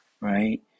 right